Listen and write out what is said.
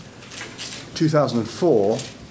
2004